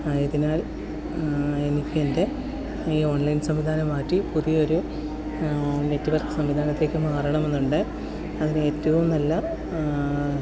ആയതിനാൽ എനിക്ക് എൻ്റെ ഈ ഓൺലൈൻ സംവിധാനം മാറ്റി പുതിയൊരു നെറ്റ്വർക്ക് സംവിധാനത്തിലേക്ക് മാറണമെന്നുണ്ട് അതിന് ഏറ്റവും നല്ല